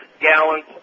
gallons